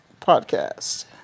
podcast